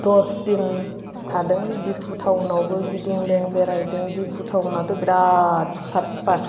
दस दिन थादों डिफु टाउनावबो गिदिंदों बेरायदों डिफु टाउनआथ' बिराद साफ्फा